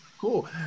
Cool